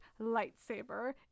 lightsaber